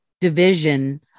division